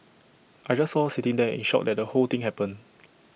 I just saw her sitting there in shock that the whole thing happened